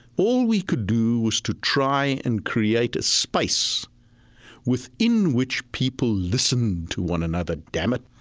all we could do was to try and create a space within which people listened to one another, damn it,